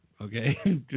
okay